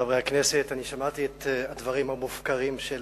חברי הכנסת, אני שמעתי את הדברים המופקרים של